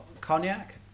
cognac